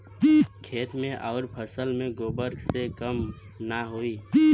खेत मे अउर फसल मे गोबर से कम ना होई?